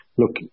look